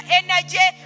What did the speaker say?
energy